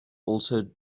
also